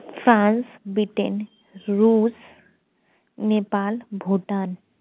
France Britain Russia Nepal Bhutan